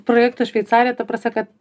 projekto šveicarija ta prasme kad